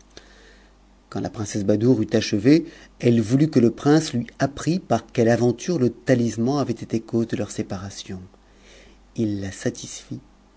la princesse badoure eut achevé elle voulut que le prince lui u h t par quelle aventure le talisman avait été cause de leur séparation il la satisfit